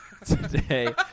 today